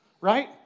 right